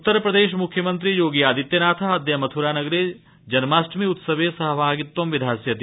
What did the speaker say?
उत्तर प्रदेश मुख्यमन्त्री योगी आदित्यनाथ अद्य मथ्रा नगरे जन्माष्टमी उत्सवे सहभागित्वं विधास्यति